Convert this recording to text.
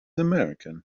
american